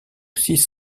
six